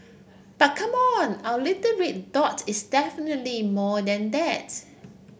but come on our little red dot is definitely more than that